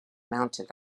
mounted